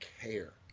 care